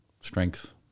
strength